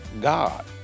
God